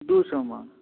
दू सए मे